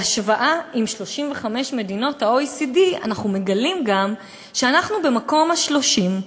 בהשוואה עם 35 מדינות ה-OECD אנחנו מגלים גם שאנחנו במקום ה-30,